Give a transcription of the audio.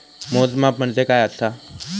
मोजमाप म्हणजे काय असा?